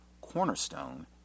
cornerstone